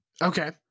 okay